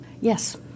Yes